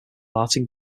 martin